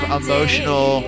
emotional